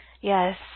Yes